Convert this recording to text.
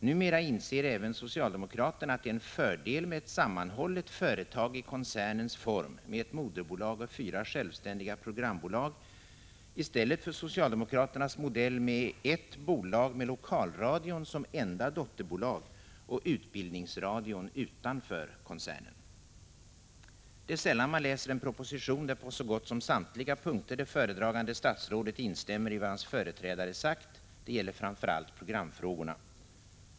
Numera inser även socialdemokraterna att det är en fördel med ett sammanhållet företag i koncernens form med ett moderbolag och fyra självständiga programbolag i stället för socialdemokraternas modell med ett bolag med Lokalradion som enda dotterbolag och Utbildningsradion utanför koncernen. Det är sällan man läser en proposition, där det föredragande statsrådet på så gott som samtliga punkter instämmer i vad hans företrädare sagt. Det gäller framför allt i programfrågorna.